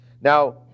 Now